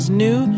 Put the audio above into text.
new